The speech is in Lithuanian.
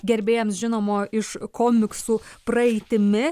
gerbėjams žinomo iš komiksų praeitimi